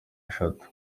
eshatu